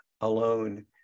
alone